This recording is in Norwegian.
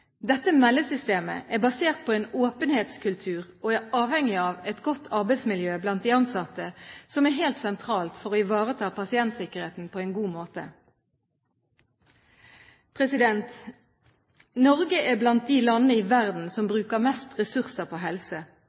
Dette meldesystemet er basert på en åpenhetskultur og er avhengig av et godt arbeidsmiljø blant de ansatte, som er helt sentralt for å ivareta pasientsikkerheten på en god måte. Norge er blant de landene i verden som bruker mest ressurser på helse.